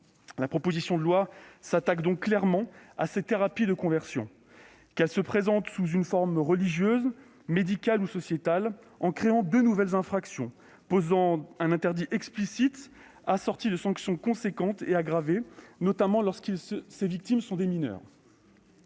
La proposition de loi s'attaque donc clairement à ces thérapies de conversion, qu'elles se présentent sous une forme religieuse, médicale ou sociétale, en créant deux nouvelles infractions qui posent un interdit explicite assorti de sanctions importantes et aggravées, notamment lorsque la victime